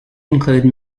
include